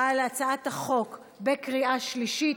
על הצעת החוק בקריאה שלישית.